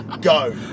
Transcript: Go